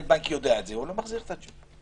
הבנק יודע את זה הוא לא מחזיר את השיק.